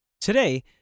Today